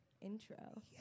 intro